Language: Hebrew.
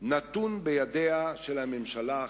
נתון בידיה של הממשלה החדשה.